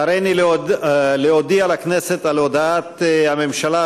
הריני להודיע לכנסת על הודעת הממשלה,